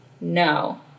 No